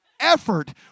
Effort